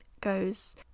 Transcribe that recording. goes